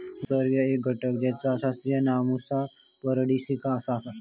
मुसावर्गीय एक घटक जेचा शास्त्रीय नाव मुसा पॅराडिसिका असा आसा